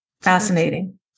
Fascinating